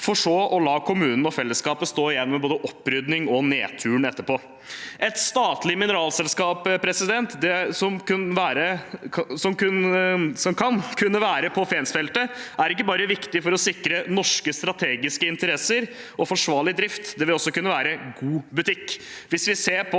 for så å la kommunen og fellesskapet stå igjen med både opprydding og nedturen etterpå. Et statlig mineralselskap, slik som kunne være på Fensfeltet, er ikke bare viktig for å sikre norske strategiske interesser og forsvarlig drift. Det vil også kunne være god butikk.